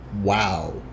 Wow